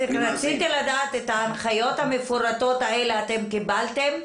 את ההנחיות המפורטות האלה קיבלתם?